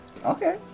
Okay